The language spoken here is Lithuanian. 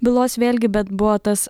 bylos vėlgi bet buvo tas